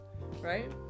Right